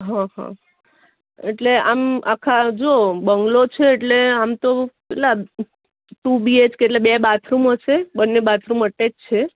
હં હં એટલે આમ આખા જુઓ બંગલો છે એટલે આમ તો કેટલા ટુ બીએચકે એટલે બે બાથરૂમ હશે બન્ને બાથરૂમ અટેચ છે